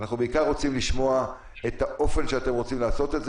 חזרתם מחו"ל, אתם צריכים להירשם.